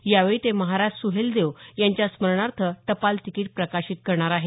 यावेळी ते महाराज सुहेलदेव यांच्या स्मरणार्थ टपाल तिकीट प्रकाशित करणार आहेत